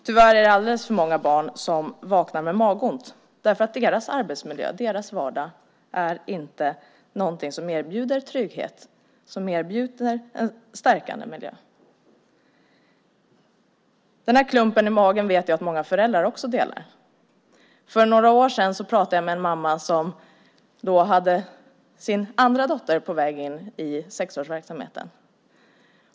Tyvärr är det alldeles för många barn som vaknar med magont därför att deras arbetsmiljö, deras vardag, inte erbjuder trygghet och inte är stärkande. Den här klumpen i magen vet jag att många föräldrar också har. För några år sedan pratade jag med en mamma som då hade sin andra dotter på väg in i sexårsverksamheten.